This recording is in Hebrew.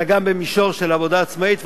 אלא גם במישור של עבודה עצמאית.